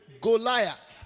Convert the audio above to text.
Goliath